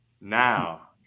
now